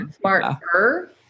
Smarter